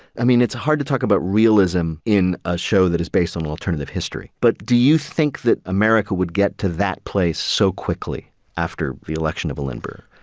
i mean, it's hard to talk about realism in a show that is based on alternative history. but do you think that america would get to that place so quickly after the election of a lindbergh?